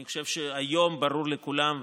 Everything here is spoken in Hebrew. אני חושב שהיום ברור לכולם,